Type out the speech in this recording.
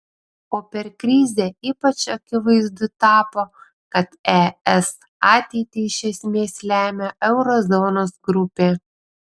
o per krizę ypač akivaizdu tapo kad es ateitį iš esmės lemia euro zonos grupė